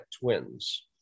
twins